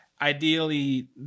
Ideally